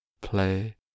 play